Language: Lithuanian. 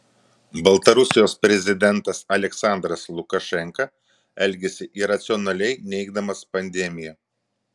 baltarusijos prezidentas aliaksandras lukašenka elgiasi iracionaliai neigdamas pandemiją